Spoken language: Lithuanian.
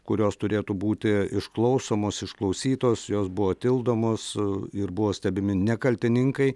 kurios turėtų būti išklausomos išklausytos jos buvo tildomos ir buvo stebimi ne kaltininkai